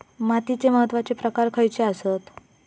मातीचे महत्वाचे प्रकार खयचे आसत?